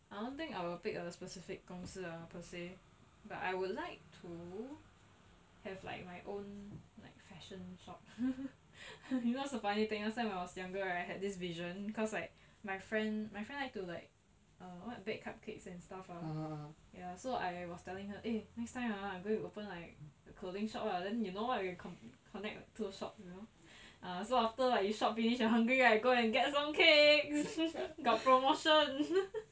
I don't think I will pick a specific 公司 ah per say but I would like to have like my own like fashion shop you know what's the funny thing last time I was younger right had this vision cause like my friend my friend like to like err what bake cupcakes and stuff ah ya so I was telling her eh next time ah I go and open like a clothing shop ah then you know what we con~connect two shop you know ah so after like you shop finish you hungry right go and get some cakes got promotion